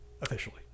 officially